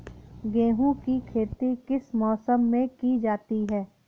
गेहूँ की खेती किस मौसम में की जाती है?